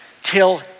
till